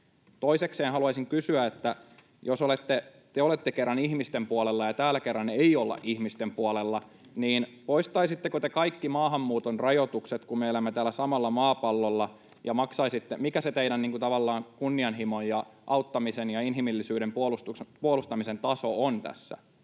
Toisekseen haluaisin kysyä, että jos te olette kerran ihmisten puolella ja täällä kerta ei olla ihmisten puolella, [Kimmo Kiljusen välihuuto] niin poistaisitteko te kaikki maahanmuuton rajoitukset, kun me elämme tällä samalla maapallolla, ja maksaisitte... Mikä se teidän tavallaan kunnianhimon ja auttamisen ja inhimillisyyden puolustamisen taso on tässä,